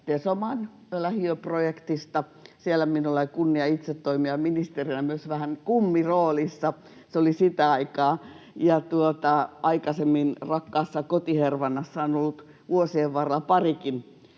Tesoman lähiöprojektista. Siellä minulla oli kunnia itse ministerinä toimia myös vähän kummiroolissa — se oli sitä aikaa — ja aikaisemmin rakkaassa koti-Hervannassa on ollut vuosien varrella parikin